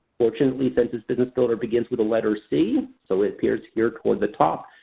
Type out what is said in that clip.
fortunately census business builder begins with the letter c, so it's here it's here towards the top,